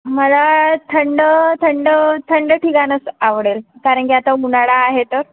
मला थंड थंड थंड ठिकाणच आवडेल कारण की आता उन्हाळा आहे तर